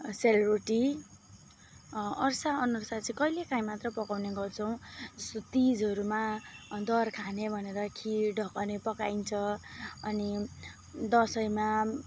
सेलरोटी अर्सा अनर्सा चाहिँ कहिलेकाहीँ मात्रै पकाउने गर्छौँ जस्तो तिजहरूमा दर खाने भनेर खिर ढकने पकाइन्छ अनि दसैँमा